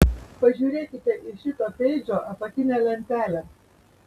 pažiūrėkite į šito peidžo apatinę lentelę